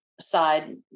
side